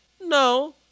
No